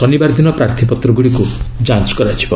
ଶନିବାର ଦିନ ପ୍ରାର୍ଥୀପତ୍ର ଗୁଡ଼ିକୁ ଯାଞ୍ କରାଯିବ